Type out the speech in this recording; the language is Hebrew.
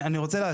אני רוצה להשלים.